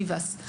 ביבס,